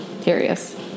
curious